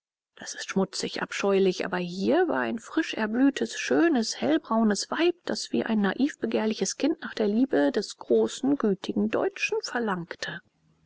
das ist schmutzig scheußlich aber hier war ein frisch erblühtes schönes hellbraunes weib das wie ein naiv begehrliches kind nach der liebe des großen gütigen deutschen verlangte